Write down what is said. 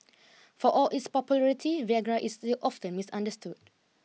for all its popularity Viagra is still often misunderstood